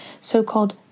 so-called